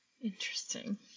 Interesting